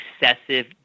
excessive